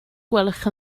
gwelwch